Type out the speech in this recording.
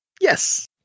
Yes